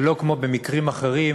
שלא כמו במקרים אחרים,